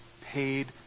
paid